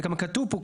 אבל זה גם כתוב פה,